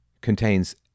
contains